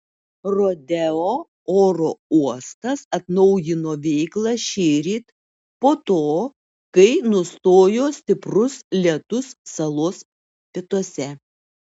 rodeo oro uostas atnaujino veiklą šįryt po to kai nustojo stiprus lietus salos pietuose